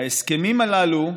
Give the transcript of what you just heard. ההסכמים הללו,